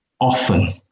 often